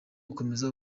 gukomeza